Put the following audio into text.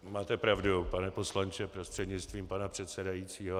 Máte pravdu, pane poslanče, prostřednictvím pana předsedajícího.